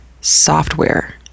software